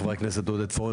חבר הכנסת פורר,